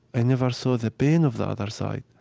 i never saw the pain of the other side.